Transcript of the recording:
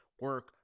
Work